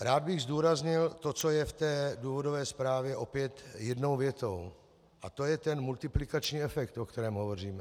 Rád bych zdůraznil to, co je v té důvodové zprávě opět jednou větou, a to je ten multiplikační efekt, o kterém hovoříme.